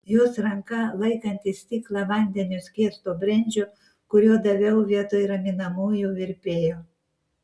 jos ranka laikanti stiklą vandeniu skiesto brendžio kurio daviau vietoj raminamųjų virpėjo